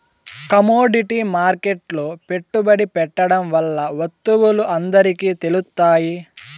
commodity మార్కెట్లో పెట్టుబడి పెట్టడం వల్ల వత్తువులు అందరికి తెలుత్తాయి